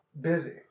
busy